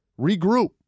regroup